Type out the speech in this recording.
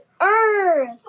Earth